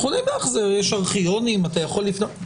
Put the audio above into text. יכולים לאחזר: יש ארכיונים, אתה יכול לפנות,